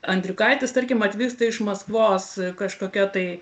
andriukaitis tarkim atvyksta iš maskvos kažkokia tai